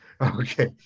Okay